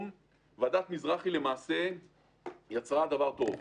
ועדת מזרחי יצרה דבר טוב,